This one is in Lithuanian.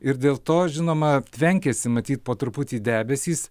ir dėl to žinoma tvenkėsi matyt po truputį debesys